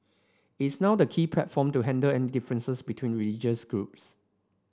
it's now the key platform to handle any differences between religious groups